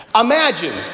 Imagine